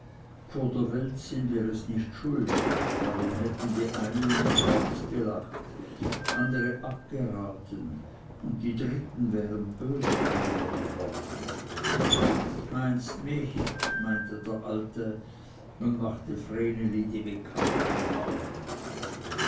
vor der welt sind wir es nicht schuldig darum hätten die einen uns ausgelacht andere abgeraten und die dritten wären böse darüber geworden meinst mich meinte der alte und machte vreneli die bekannten augen